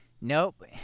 nope